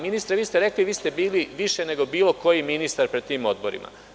Ministre, rekli ste da ste bili više nego bilo koji ministar pred tim odborima.